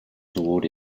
toward